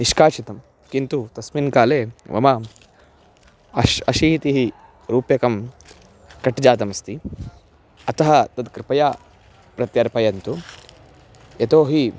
निष्कासितं किन्तु तस्मिन् काले मम अश् अशीतिः रूप्यकं कट्जातमस्ति अतः तत् कृपया प्रत्यर्पयन्तु यतोहि